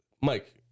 Mike